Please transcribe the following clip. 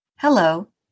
Hello